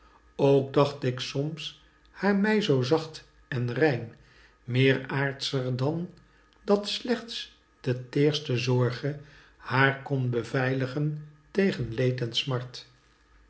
ook dacht ik soms haar mij zoo zacht en rein meer aardscher dan dat slechts de teerste zorge haar kon beveilgen tegen leed en smart